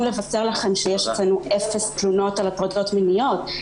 לבשר לכם שיש אצלנו אפס תלונות על הטרדות מיניות.